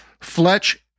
Fletch